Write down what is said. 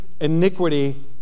iniquity